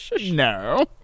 No